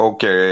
Okay